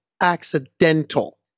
accidental